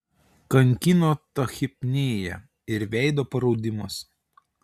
kankino tachipnėja ir veido paraudimas